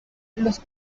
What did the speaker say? los